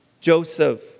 Joseph